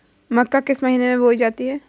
मक्का किस महीने में बोई जाती है?